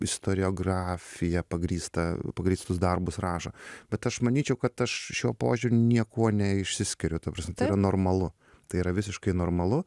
istoriografija pagrįsta pagrįstus darbus rašo bet aš manyčiau kad aš šiuo požiūriu niekuo neišsiskiriu ta prasme tai yra normalu tai yra visiškai normalu